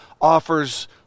offers